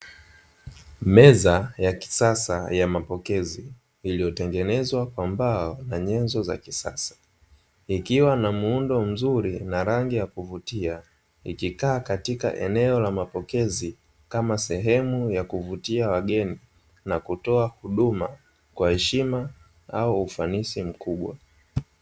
Meza ya kisasa ya mapokezi, iliyotengenezwa kwa mbao na nyenzo za kisasa. Ikiwa na muundo mzuri na rangi ya kuvutia, ikikaa katika eneo la mapokezi kama sehemu ya kuvutia wageni na kutoa huduma kwa heshima au ufanisi mkubwa.